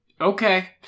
Okay